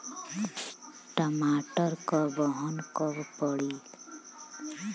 टमाटर क बहन कब पड़ी?